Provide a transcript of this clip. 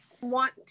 want